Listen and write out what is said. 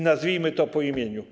Nazwijmy to po imieniu.